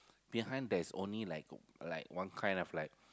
behind there is only like like one kind of like